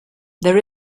there